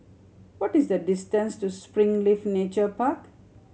what is the distance to Springleaf Nature Park